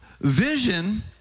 Vision